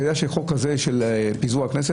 אתה יודע שהחוק הזה של פיזור הכנסת,